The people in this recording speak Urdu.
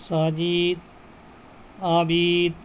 ساجد عابد